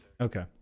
Okay